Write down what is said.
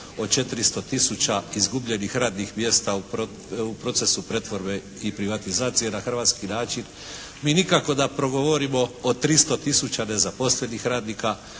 o 400 tisuća izgubljenih radnih mjesta u procesu pretvorbe i privatizacije na hrvatski način. Mi nikako da progovorimo o 300 tisuća nezaposlenih radnika.